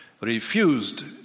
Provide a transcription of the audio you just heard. refused